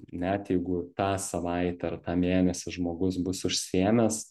net jeigu tą savaitę ar tą mėnesį žmogus bus užsiėmęs